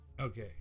Okay